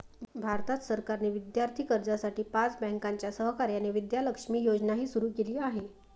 भारत सरकारने विद्यार्थी कर्जासाठी पाच बँकांच्या सहकार्याने विद्या लक्ष्मी योजनाही सुरू केली आहे